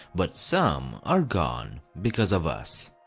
but some are gone because of us.